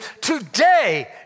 today